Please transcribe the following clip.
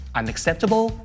unacceptable